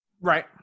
Right